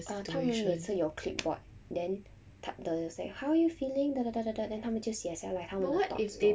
err 他们每次有 clipboard then tap the and say how you feeling da da da da da da then 他们就写下来他们的 thoughts lor